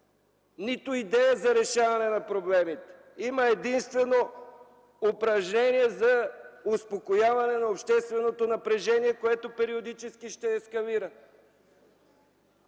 нито идея за решаване на проблемите. Има единствено упражнение за успокояване на общественото напрежение, което периодически ще ескалира.